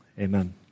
Amen